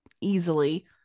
easily